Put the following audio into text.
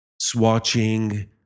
swatching